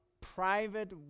private